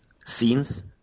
Scenes